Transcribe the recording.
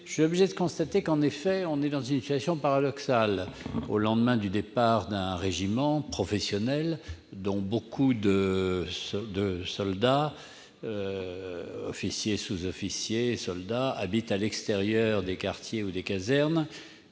je suis obligé de constater que, en effet, la situation est paradoxale au lendemain du départ d'un régiment professionnel dont nombre d'officiers, sous-officiers et soldats habitaient à l'extérieur des quartiers ou des casernes.